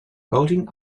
bulging